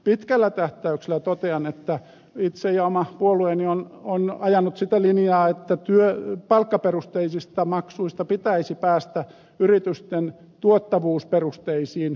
pitkällä tähtäyksellä totean että itse olen ja oma puolueeni on ajanut sitä linjaa että palkkaperusteisista maksuista pitäisi päästä yritysten tuottavuusperusteisiin maksuihin